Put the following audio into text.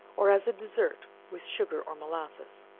or as a dessert with sugar or molasses.